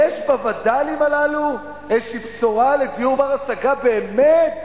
יש בווד"לים הללו איזו בשורה של דיור בר-השגה באמת?